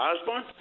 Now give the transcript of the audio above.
Osborne